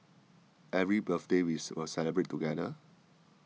every birthday we'll celebrate together